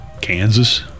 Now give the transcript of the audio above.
Kansas